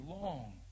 long